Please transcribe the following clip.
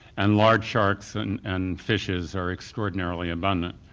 and large sharks and and fishes are extraordinarily abundant,